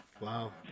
Wow